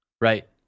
right